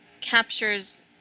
Captures